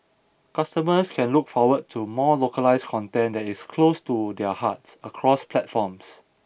customers can look forward to more localised content that is close to their hearts across platforms